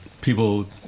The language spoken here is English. people